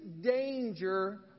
danger